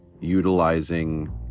utilizing